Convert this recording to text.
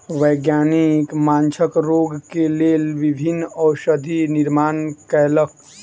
वैज्ञानिक माँछक रोग के लेल विभिन्न औषधि निर्माण कयलक